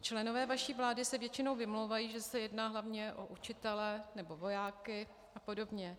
Členové vaší vlády se většinou vymlouvají, že se jedná hlavně o učitele nebo vojáky apod.